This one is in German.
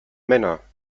männer